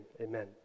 amen